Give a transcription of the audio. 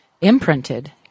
imprinted